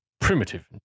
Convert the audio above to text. primitive